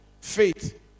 Faith